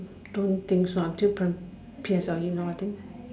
don't think so until prim~ P_S_L_E lor I think